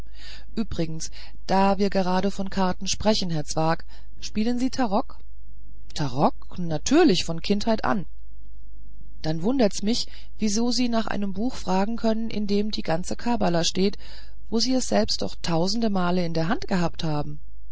übrigens da wir gerade von karten sprechen herr zwakh spielen sie tarok tarok natürlich von kindheit an dann wundert's mich wieso sie nach einem buche fragen können in dem die ganze kabbala steht wo sie es doch selbst tausende male in der hand gehabt haben